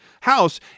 house